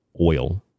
oil